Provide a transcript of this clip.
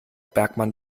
bergmann